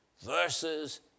verses